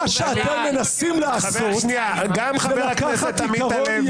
מה שאתם מנסים לעשות זה לקחת עיקרון יהודי ממדרגה ראשונה